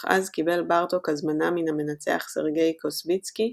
אך אז קיבל בארטוק הזמנה מן המנצח סרגיי קוסביצקי,